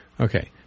Okay